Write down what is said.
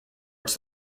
its